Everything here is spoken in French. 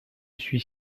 suis